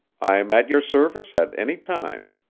i'm at your service at any time,